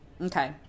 okay